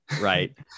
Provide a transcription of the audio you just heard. Right